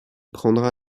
prendra